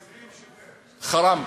חראם.